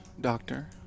Doctor